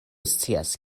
scias